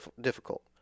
difficult